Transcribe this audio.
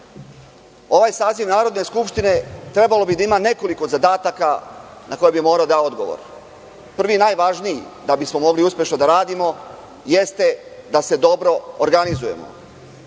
saziv Narodne skupštine trebalo bi da ima nekoliko zadataka na koje bi morao da da odgovor. Prvi najvažniji, da bismo mogli uspešno da radimo, jeste da se dobro organizujemo.